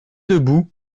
debout